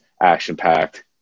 action-packed